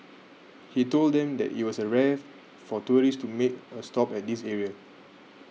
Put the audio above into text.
he told them that it was rare for tourists to make a stop at this area